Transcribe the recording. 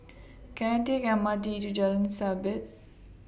Can I Take M R T to Jalan Sabit